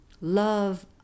love